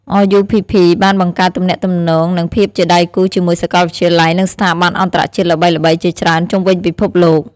RUPP បានបង្កើតទំនាក់ទំនង និងភាពជាដៃគូជាមួយសាកលវិទ្យាល័យ និងស្ថាប័នអន្តរជាតិល្បីៗជាច្រើនជុំវិញពិភពលោក។